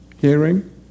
Hearing